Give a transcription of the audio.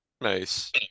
nice